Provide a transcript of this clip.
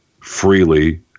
freely